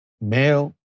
male